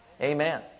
Amen